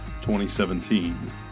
2017